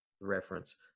reference